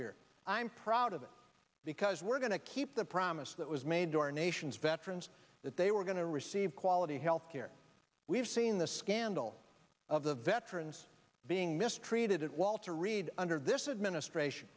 year i'm proud of it because we're going to keep the promise that was made to our nation's veterans that they were going to receive quality health care we've seen the scandal of the veterans being mistreated at walter reed under this administration